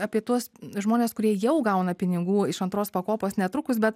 apie tuos žmones kurie jau gauna pinigų iš antros pakopos netrukus bet